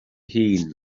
hun